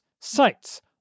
sites